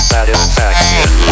Satisfaction